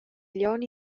glion